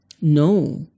no